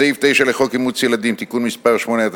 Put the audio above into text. בסעיף 9 לחוק אימוץ ילדים (תיקון מס' 8),